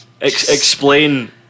explain